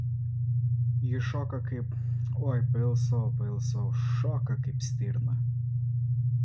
ji šoka kaip oi pailsau pailsau šoka kaip stirna